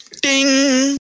Ding